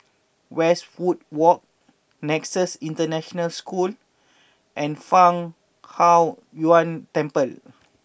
Westwood Walk Nexus International School and Fang Huo Yuan Temple